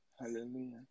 Hallelujah